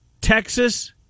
Texas